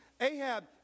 Ahab